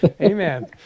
Amen